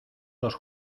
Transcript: los